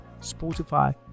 Spotify